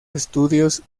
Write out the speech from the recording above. estudios